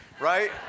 Right